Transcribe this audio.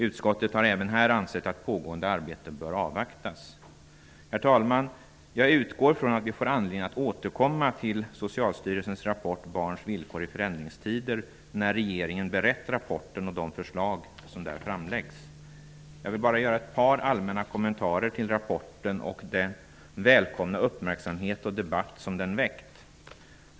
Utskottet har även här ansett att pågående arbete bör avvaktas. Herr talman! Jag utgår från att vi får anledning att återkomma till Socialstyrelsens rapport Barns villkor i förändringstider, när regeringen har berett rapporten och de förslag som där framläggs. Jag vill bara göra ett par allmänna kommentarer till rapporten och den välkomna uppmärksamhet och debatt som den har väckt.